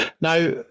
now